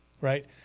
right